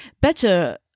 better